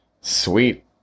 sweet